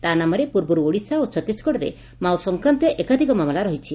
ତା ନାମରେ ପୂର୍ବରୁ ଓଡିଶା ଓ ଛତିଶଗଡରେ ମାଓ ସଂକ୍ରାନ୍ତୀୟ ଏକାଧିକ ମାମଲା ରହିଛି